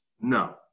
No